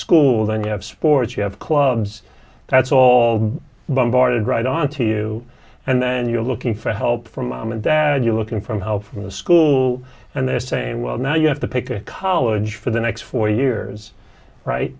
school then you have sports you have clubs that's all bombarded right onto you and then you're looking for help from mom and dad you're looking from help from the school and they're saying well now you have to pick a college for the next four years right